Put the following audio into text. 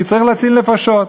כי צריך להציל נפשות.